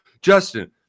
justin